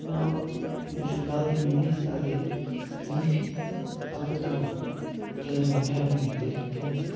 نہَ وٕ بہٕ چھُس غلطی مٲنِتھ تَتھ گٔے معفی البتہ توَ ترٲۍ زیو مہربٲنی کٔرِتھ کیٛازِ